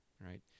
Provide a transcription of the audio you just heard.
right